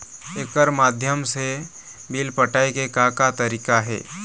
एकर माध्यम से बिल पटाए के का का तरीका हे?